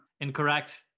Incorrect